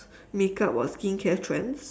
makeup or skincare trends